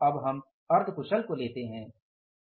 अब हम अर्ध कुशल को लेते है